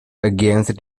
against